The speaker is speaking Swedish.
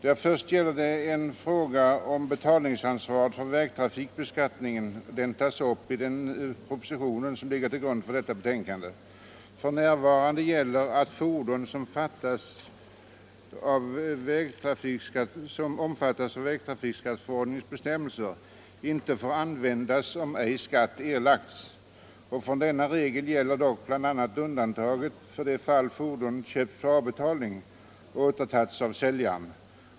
Vad först beträffar betalningsansvaret för vägtrafikbeskattningen vill jag nämna att fordon som omfattas av vägtrafikskatteförordningens bestämmelser inte får användas om skatt ej erlagts. Ett undantag från denna regel gäller dock i de fall fordonet är köpt på avbetalning och återtagits av säljaren.